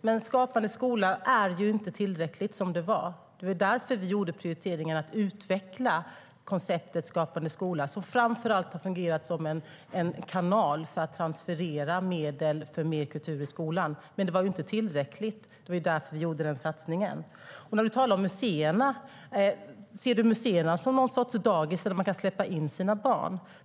men Skapande skola var inte tillräckligt som det var. Det var därför vi gjorde prioriteringen att utveckla konceptet Skapande skola, som framför allt har fungerat som en kanal för att transferera medel för mer kultur i skolan. Det var inte tillräckligt, och därför gjorde vi den satsningen. När du talar om museerna, Per Bill, ser du dem som någon sorts dagis där man kan släppa in sina barn?